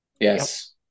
Yes